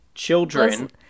Children